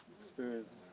experience